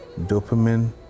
dopamine